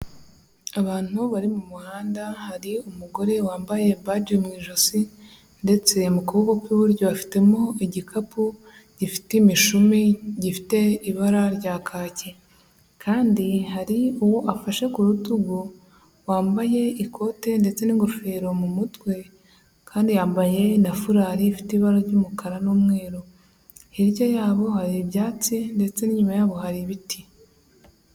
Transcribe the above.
Abantu bari mu muhanda, hari umugore wambaye baji mu ijosi ndetse mu kuboko kw'iburyo afitemo igikapu gifite imishumi, gifite ibara rya kaki. Kandi hari uwo afashe ku rutugu, wambaye ikote ndetse n'ingofero mu mutwe, kandi yambaye na furari ifite ibara ry'umukara n'umweru. Hirya yabo hari ibyatsi ndetse n'inyuma yabo hari ibiti.